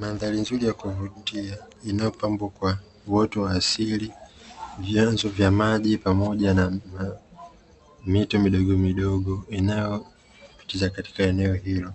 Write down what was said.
Mandhari nzuri ya kuvutia inayopambwa kwa uoto wa asili, vyanzo vya maji pamoja na mito midogomidogo inayopitiza katika eneo hilo,